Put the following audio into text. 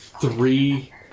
three